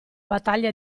battaglia